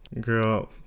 Girl